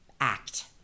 act